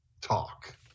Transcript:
talk